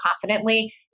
confidently